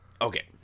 okay